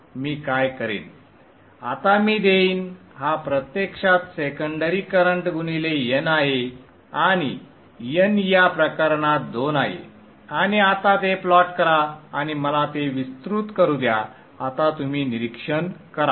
मी काय करेन आता मी देईन हा प्रत्यक्षात सेकंडरी करंट गुणिले n आहे आणि n या प्रकरणात दोन आहे आणि आता ते प्लॉट करा आणि मला ते विस्तृत करू द्या आता तुम्ही निरीक्षण कराल